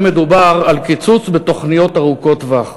מדובר על קיצוץ בתוכניות ארוכות טווח.